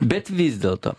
bet vis dėlto